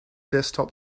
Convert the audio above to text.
desktop